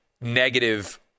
negative